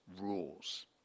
rules